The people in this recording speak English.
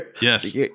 yes